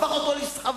הפך אותו לסחבה.